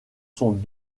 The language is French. sont